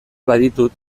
baditut